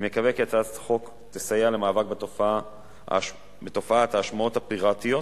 אני מקווה כי הצעת החוק תסייע למאבק בתופעת ההשמעות הפיראטיות